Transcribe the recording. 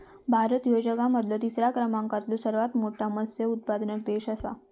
भारत ह्यो जगा मधलो तिसरा क्रमांकाचो सर्वात मोठा मत्स्य उत्पादक देश आसा